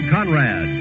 Conrad